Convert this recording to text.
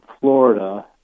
Florida